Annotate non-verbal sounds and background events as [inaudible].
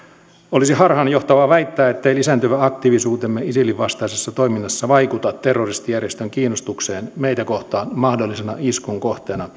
olisi harhaanjohtavaa väittää ettei lisääntyvä aktiivisuutemme isilin vastaisessa toiminnassa vaikuta terroristijärjestön kiinnostukseen meitä kohtaan mahdollisena iskun kohteena [unintelligible]